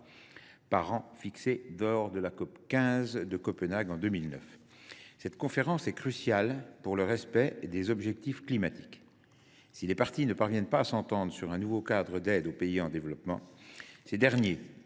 par an fixé lors de la COP15 de Copenhague en 2009. Cette conférence est cruciale pour le respect des objectifs climatiques : si les parties ne parviennent pas à s’entendre sur un nouveau cadre d’aide aux pays en développement, ces derniers